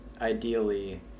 Ideally